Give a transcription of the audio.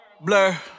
Blur